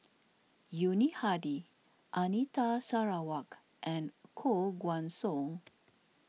Yuni Hadi Anita Sarawak and Koh Guan Song